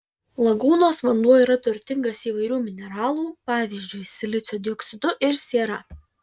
lagūnos vanduo yra turtingas įvairių mineralų pavyzdžiui silicio dioksidu ir siera